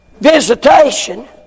Visitation